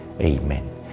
Amen